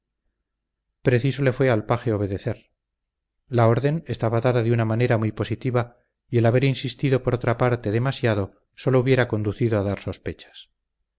preciso le fue al paje obedecer la orden estaba dada de una manera muy positiva y el haber insistido por otra parte demasiado sólo hubiera conducido a dar sospechas